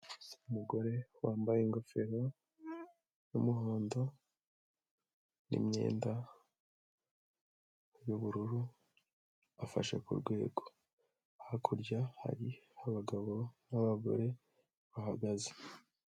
Umugore wambaye ingofero y'umuhondo n'imyenda y'ubururu, afashe kurwego hakurya hari abagabo n'abagore bahagaze.